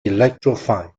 electrified